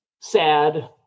sad